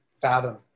fathom